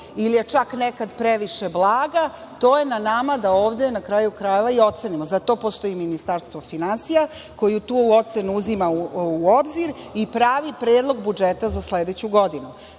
ili je čak nekad previše blaga, to je na nama da ovde i ocenimo. Za to postoji Ministarstvo finansija, koji tu ocenu uzima u obzir i pravi predlog budžeta za sledeću godinu. Prema